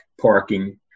parking